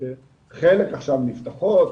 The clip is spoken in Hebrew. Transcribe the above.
חלק עכשיו נפתחות